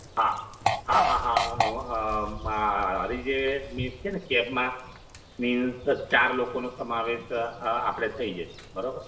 હા હા હા હા અ મારી જે મીન્સ છે ને કેબમાં મીન્સ ચાર લોકોનો સમાવેશ આપણે થઈ જશે બરોબર